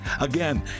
Again